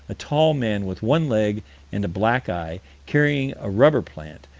a tall man, with one leg and a black eye, carrying a rubber plant,